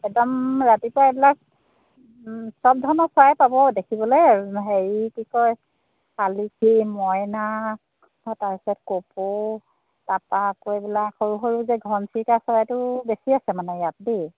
একদম ৰাতিপুৱা এইবিলাক চব ধৰণৰ চৰাই পাব দেখিবলৈ হেৰি কি কয় শালিকা মইনা তাৰ পিছত কপৌ তাৰপৰা আকৌ এইবিলাক সৰু সৰু যে ঘনচিৰিকা চৰাইটো বেছি আছে মানে ইয়াত দেই